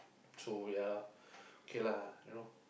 so ya okay lah you know